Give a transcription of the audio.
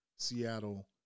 Seattle